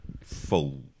full